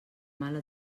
mala